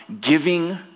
giving